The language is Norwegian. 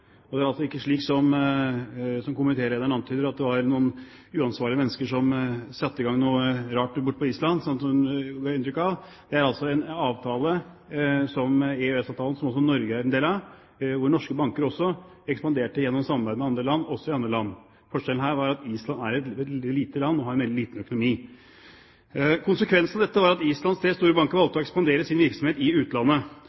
Det er altså ikke slik som komitélederen antyder, at det var noen uansvarlige mennesker som satte i gang noe rart borte på Island, som vi kunne få inntrykk av. Det er en avtale – EØS-avtalen – som også Norge er en del av, og norske banker ekspanderte også gjennom samarbeid med andre land i andre land. Forskjellen er at Island er et veldig lite land og har en veldig liten økonomi. Konsekvensen var at Islands tre store banker valgte